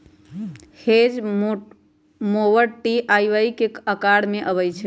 hedge mower T आ Y के अकार में अबई छई